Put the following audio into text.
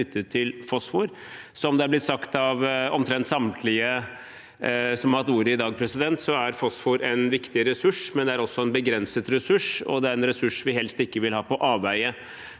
knyttet til fosfor. Som sagt av omtrent samtlige som har hatt ordet i dag, er fosfor en viktig ressurs. Men det er også en begrenset ressurs, og det er en ressurs vi helst ikke vil ha på avveier.